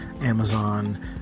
Amazon